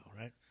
right